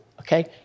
okay